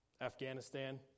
Afghanistan